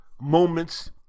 moments